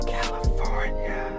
California